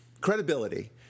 Credibility